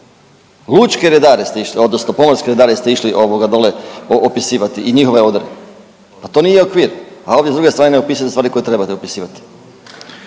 Lučke redare ste išli odnosno pomorske redare ste išli dole ovoga opisivati i njihove odore, pa to nije okvir, a ovdje s druge strane ne opisujete stvari koje treba opisivati.